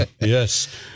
Yes